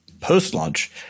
post-launch